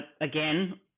again